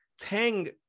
tang